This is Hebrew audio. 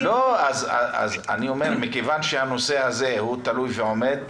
אז אני אומר שמכיוון שהנושא הזה תלוי ועומד,